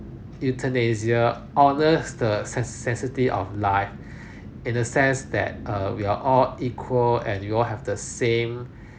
euthanasia honours the sens~ sanctity of life in the sense that err we are all equal and we all the same